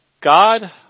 God